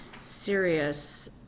serious